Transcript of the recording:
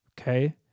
Okay